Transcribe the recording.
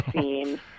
scene